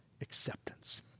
acceptance